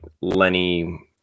Lenny